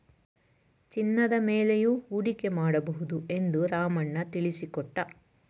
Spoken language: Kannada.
ಚಿನ್ನದ ಮೇಲೆಯೂ ಹೂಡಿಕೆ ಮಾಡಬಹುದು ಎಂದು ರಾಮಣ್ಣ ತಿಳಿಸಿಕೊಟ್ಟ